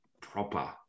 proper